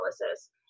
analysis